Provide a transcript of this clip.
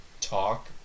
talk